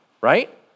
right